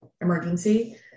emergency